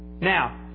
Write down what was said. Now